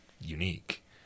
unique